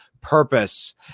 purpose